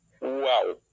Wow